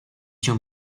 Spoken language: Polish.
się